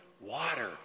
water